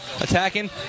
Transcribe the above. Attacking